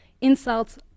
insults